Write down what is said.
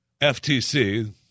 FTC